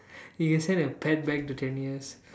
you can send a pet back to ten years